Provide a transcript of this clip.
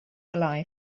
alive